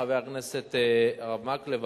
חבר הכנסת מקלב,